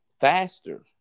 faster